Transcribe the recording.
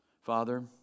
Father